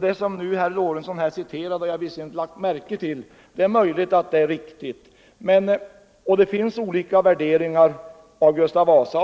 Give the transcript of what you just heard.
Det som herr Lorentzon nu citerade har jag inte lagt märke till. Det är möjligt att det är riktigt, och det finns olika värderingar av Gustav II Adolf.